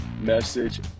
message